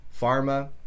Pharma